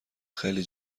خیلی